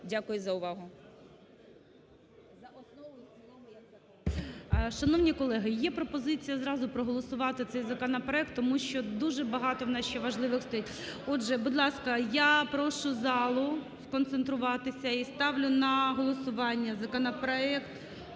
Дякую за увагу.